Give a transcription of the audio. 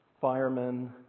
firemen